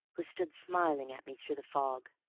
who stood smiling at me through the fog.